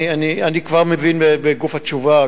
אני כבר מבין בגוף התשובה,